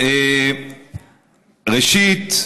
ראשית,